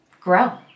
grow